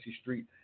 Street